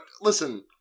Listen